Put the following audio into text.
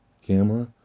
camera